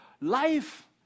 life